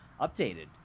updated